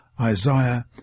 Isaiah